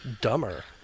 Dumber